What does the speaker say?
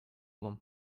them